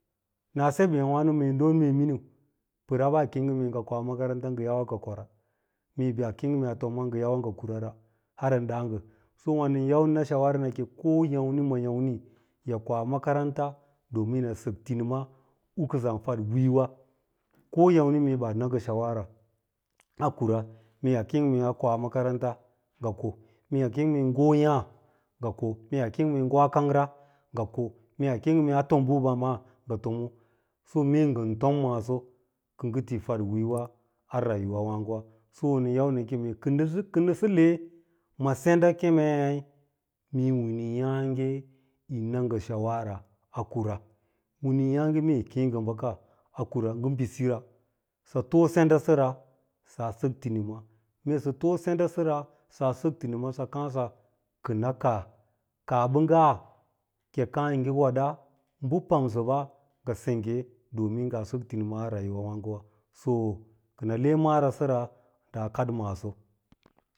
Naa seb êêwàno don mee miniu pɚtha ɓaa kêê ngɚ koa makaranta ngɚ yawaa ngɚ kora, mee ɓaa kêê ngɚ tom maa ngɚ yawaa ngɚ kura har ɚn ɗa ngɚ so wà nɚn yau shawaranke ko mee hana yamni ma yàmmi yi koa makaranta ɗomin yi sɚk tinima u kɚ saa fadwiiyowa, ko yàmni mee ɓaa na shawara a kura mee ɓaa kêê ngɚ mee a koa makaranta ngɚ ko, mee ɓaa kêê ngɚ mee ngo’o yaà ngɚ ko mee ɓaa kêê ngoa kaugra ngɚ ko, mee ɓaa kêê ngɚ mee a tom bɚba maa ngɚ fomo, mee ngɚn tom maaso ki yi ngɚ ti faɗwii yowa a rayuwa wààgowa, so nɚn yau nɚ keme kɚ nɚ le’e ma senɗa mee na ngɚ shawara a kura, mee wine yi kêê ngɚ bɚka a kura ngɚ bisi ra, sɚ too senda sɚra saa sɚk tinima, sɚ too senɗa sɚra saa sɚk tinima sɚ too senɗa sɚra saa sɚk tinima kaah ɓɚngga kɚi kàà yɚ ngɚ weɗa bɚ pamsɚɓa ngɚ sengge domin ngaa sɚk tinima a rayuwa wààgo sokɚnɚ lee marasɚ ɗaa kau maaso.